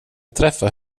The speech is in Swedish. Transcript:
träffa